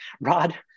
Rod